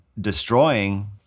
destroying